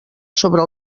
sobre